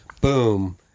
Boom